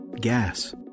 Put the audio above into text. gas